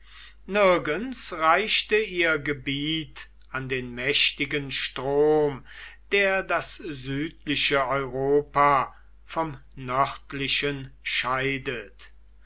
nirgends reichte ihr gebiet an den mächtigen strom der das südliche europa vom nördlichen scheidet